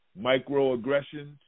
microaggressions